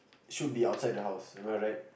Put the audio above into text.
should be outside the house am I right